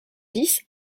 dix